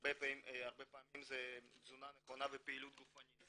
הרבה פעמים זה תזונה נכונה ופעילות גופנית.